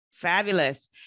Fabulous